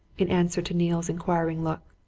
in answer to neale's inquiring look.